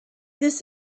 this